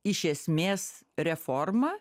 iš esmės reforma